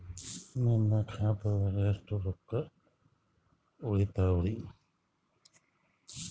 ನನ್ನ ಖಾತಾದಾಗ ಎಷ್ಟ ರೊಕ್ಕ ಉಳದಾವರಿ?